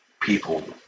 people